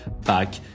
back